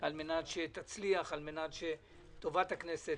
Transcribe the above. על-מנת שתצליח לטובת הכנסת,